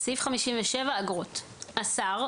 57.אגרות השר,